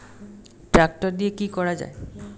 Tractor দিয়ে কি করা যায়?